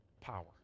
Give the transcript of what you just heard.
power